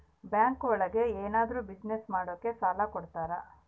bank ಒಳಗ ಏನಾದ್ರೂ business ಮಾಡಾಕ ಸಾಲ ಕೊಡ್ತಾರ